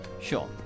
Sure